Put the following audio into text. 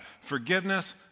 Forgiveness